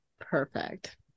perfect